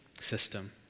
system